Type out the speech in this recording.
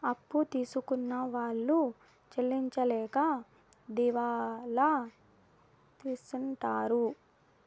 అప్పు తీసుకున్న వాళ్ళు చెల్లించలేక దివాళా తీసింటారు